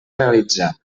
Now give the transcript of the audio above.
realitzar